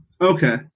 Okay